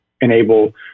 enable